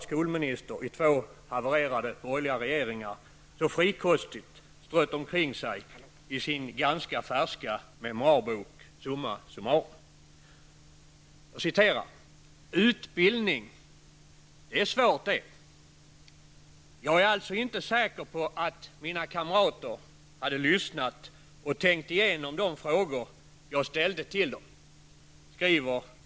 Herr talman! Det har blivit på modet att skriva politiska memoarer, och lika modernt har det blivit att i denna kammare flitigt citera ur dessa memoarer. En tidigare finansminister har i dessa dagar fått sin Alla dessa dagar uppläst nästan från pärm till pärm. För att i någon mån skapa balans i kreationerna bland alla dessa åsiktsmannekänger med Carl Bildt i spetsen, kan jag inte undanhålla kammaren nöjet att få ta del av åtminstone några av de visdomsord som Britt Mogård, moderat skolminister i två havererade borgerliga regeringar, så frikostigt strött omkring sig i sin ganska färska memoarbok Summa summarum. ''Utbildning, det är svårt det. Jag är alltså inte säker på att mina kamrater hade lyssnat och tänkt igenom de frågor jag ställde till dem.